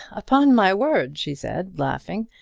upon my word, she said, laughing,